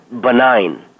benign